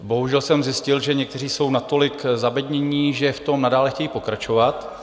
Bohužel jsem zjistil, že někteří jsou natolik zabednění, že v tom nadále chtějí pokračovat.